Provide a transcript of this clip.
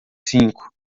cinco